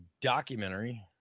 documentary